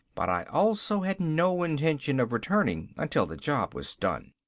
but i also had no intention of returning until the job was done.